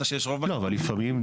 אבל לפעמים,